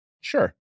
Sure